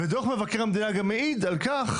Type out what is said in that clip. דוח מבקר המדינה גם מעיד על כך